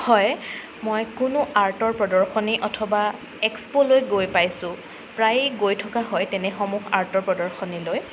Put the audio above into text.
হয় মই কোনো আৰ্টৰ প্ৰদৰ্শনী অথবা এক্সপ'লৈ গৈ পাইছোঁ প্ৰায়ে গৈ থকা হয় তেনেসমূহ আৰ্টৰ প্ৰদৰ্শনী লৈ